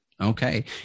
okay